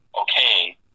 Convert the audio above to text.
okay